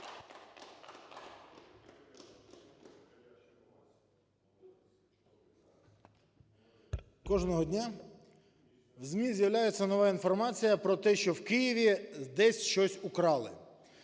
Кожного дня в ЗМІ з'являється нова інформація про те, що в Києві десь щось украли: